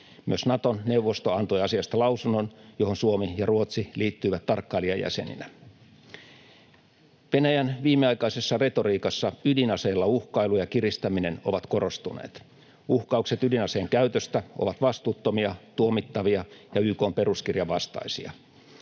Myös Naton neuvosto antoi asiasta lausunnon, johon Suomi ja Ruotsi liittyivät tarkkailijajäseninä. Venäjän viimeaikaisessa retoriikassa ydinaseilla uhkailu ja kiristäminen ovat korostuneet. Uhkaukset ydinaseen käytöstä ovat vastuuttomia, tuomittavia ja YK:n peruskirjan vastaisia.